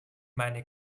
meine